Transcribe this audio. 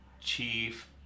Chief